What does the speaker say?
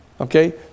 Okay